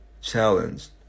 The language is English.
challenged